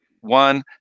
One